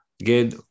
Again